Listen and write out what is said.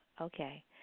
okay